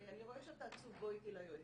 אני רואה שאתה עצוב, בוא איתי ליועצת.